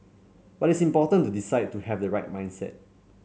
but it's important to decide to have the right mindset